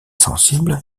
sensible